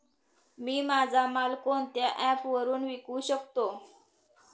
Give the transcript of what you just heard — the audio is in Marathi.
मी माझा माल कोणत्या ॲप वरुन विकू शकतो?